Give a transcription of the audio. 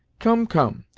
come, come!